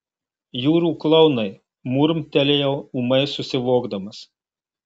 jūrų klounai murmtelėjau ūmai susivokdamas